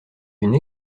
une